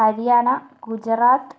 Haryana Gujarat